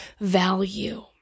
value